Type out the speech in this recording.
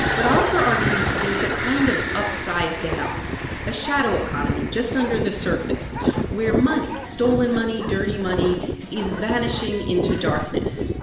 but oliver argues there's a kind of upside-down, ah shadow economy just under the surface where money stolen money, dirty money is vanishing into darkness.